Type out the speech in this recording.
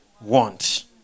want